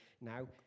now